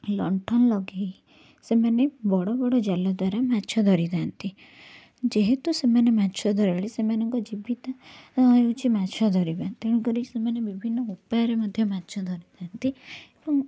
ଲଣ୍ଠନ ଲଗେଇ ସେମାନେ ବଡ଼ ବଡ଼ ଜାଲ ଦ୍ଵାରା ମାଛ ଧରିଥାନ୍ତି ଯେହେତୁ ସେମାନେ ମାଛ ଧରାଳୀ ସେମାନଙ୍କ ଜୀବିକା ହେଉଛି ମାଛ ଧରିବା ତେଣୁକରି ସେମାନେ ବିଭିନ୍ନ ଉପାୟରେ ମଧ୍ୟ ମାଛ ଧରିଥାନ୍ତି ଏବଂ